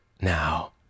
now